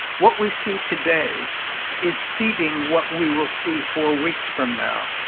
what we see today is seeding what we will see four weeks from now.